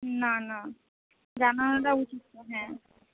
না না জানানোটা উচিত তো হ্যাঁ